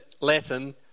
Latin